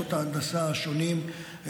במקצועות ההנדסה השונים,